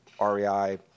REI